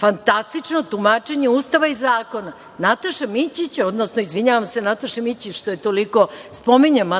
Fantastično tumačenje Ustava i zakona. Nataša Mićić, izvinjavam se Nataši Mićić što je toliko spominjem,